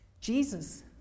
Jesus